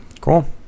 cool